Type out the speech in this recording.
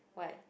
what